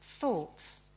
thoughts